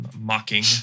mocking